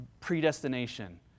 predestination